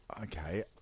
Okay